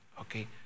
Okay